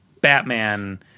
Batman